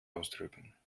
ausdrücken